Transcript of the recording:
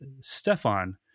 Stefan